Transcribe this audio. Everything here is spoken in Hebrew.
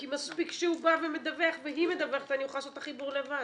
כי מספיק שהוא מדווח והיא מדווחת ואני יכולה לעשות את החיבור לבד.